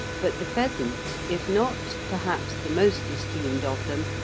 but the pheasant, if not, perhaps, the most esteemed of them,